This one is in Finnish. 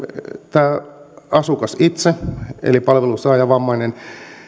tämä asukas itse eli palvelun saaja vammainen